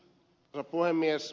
rouva puhemies